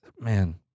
man